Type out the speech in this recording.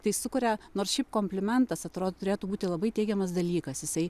tai sukuria nors šiaip komplimentas atrodo turėtų būti labai teigiamas dalykas jisai